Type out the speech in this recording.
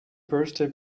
birthday